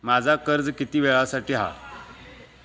माझा कर्ज किती वेळासाठी हा?